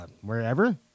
wherever